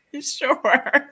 Sure